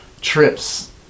trips